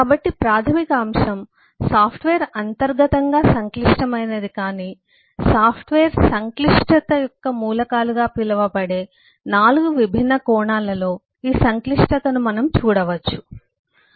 కాబట్టి ప్రాథమిక అంశం సాఫ్ట్వేర్ అంతర్గతంగా సంక్లిష్టమైనది కాని సాఫ్ట్వేర్ సంక్లిష్టత యొక్క మూలకాలుగా పిలువబడే 4 విభిన్న కోణాలలో ఈ సంక్లిష్టతను మనం చూడవచ్చు